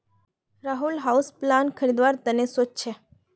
Rahul houseplant खरीदवार त न सो च छ